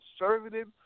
conservative